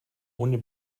ohne